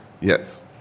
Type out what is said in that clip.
Yes